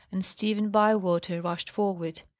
and stephen bywater rushed forward.